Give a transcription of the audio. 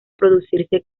producirse